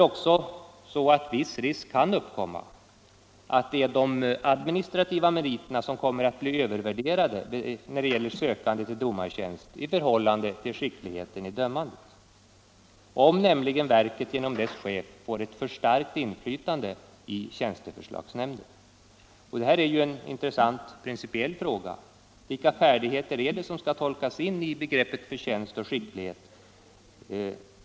Viss risk kan också uppkomma för att de administrativa meriterna när det gäller sökande till domartjänst blir övervärderade i förhållande till skickligheten i dömandet, om verket genom sin chef får ett för starkt inflytande i tjänsteförslagsnämnden. Det är en intressant principiell fråga vilka färdigheter som skall tolkas in i begreppet förtjänst och skicklighet.